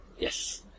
Yes